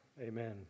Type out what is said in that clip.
amen